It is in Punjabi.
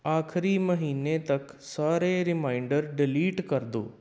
ਆਖਰੀ ਮਹੀਨੇ ਤੱਕ ਸਾਰੇ ਰੀਮਾਇਨਡਰ ਡਿਲੀਟ ਕਰ ਦਿਓ